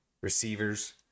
receivers